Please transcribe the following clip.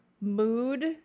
mood